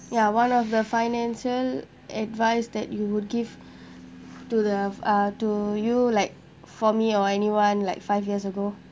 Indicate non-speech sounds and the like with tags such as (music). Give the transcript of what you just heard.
ya one of the financial advice that you would give (breath) to the uh to you like for me or anyone like five years ago